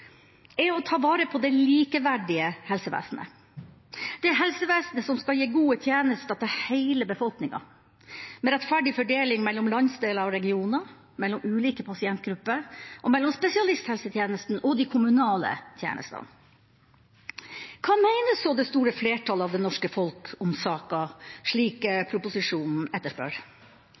er å ta vare på det likeverdige helsevesenet, det helsevesenet som skal gi gode tjenester til hele befolkninga, med rettferdig fordeling mellom landsdeler og regioner, mellom ulike pasientgrupper og mellom spesialisthelsetjenesten og de kommunale tjenestene. Hva mener så det store flertallet av det norske folk om saka, slik